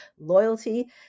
loyalty